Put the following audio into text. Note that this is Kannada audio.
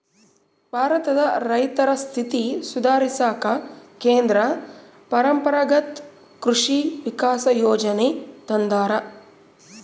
ಭಾರತದ ರೈತರ ಸ್ಥಿತಿ ಸುಧಾರಿಸಾಕ ಕೇಂದ್ರ ಪರಂಪರಾಗತ್ ಕೃಷಿ ವಿಕಾಸ ಯೋಜನೆ ತಂದಾರ